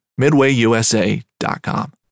MidwayUSA.com